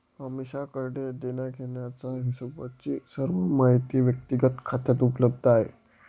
अमीषाकडे देण्याघेण्याचा हिशोबची सर्व माहिती व्यक्तिगत खात्यात उपलब्ध आहे